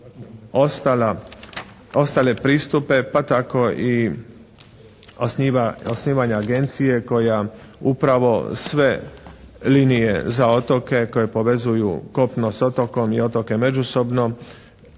ostale pristupe pa tako i osnivanja agencije koja upravo sve linije za otoke koje povezuju kopno s otokom i otoke međusobno